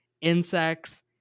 Insects